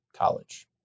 college